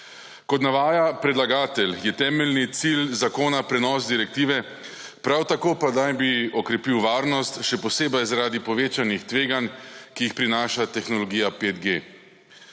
Kot navaja predlagatelj, je temeljni cilj zakona prenos direktive, prav tako pa naj bi okrepil varnost, še posebej zaradi povečanih tveganj, ki jih prinaša tehnologija 5G.